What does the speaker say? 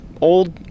old